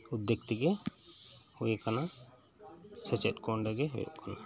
ᱩᱫᱮᱜ ᱛᱮᱜᱤ ᱦᱩᱭ ᱟᱠᱟᱱᱟ ᱥᱮ ᱪᱮᱫ ᱠᱩ ᱚᱸᱰᱮᱜᱤ ᱦᱩᱭᱩᱜ ᱠᱟᱱᱟ